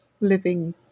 living